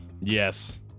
Yes